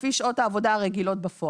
לפי שעות העבודה הרגילות בפועל.